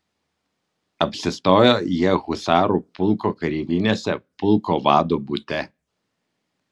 apsistojo jie husarų pulko kareivinėse pulko vado bute